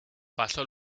pasó